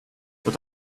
but